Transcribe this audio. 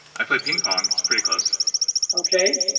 i play ping-pong. it's pretty close okay.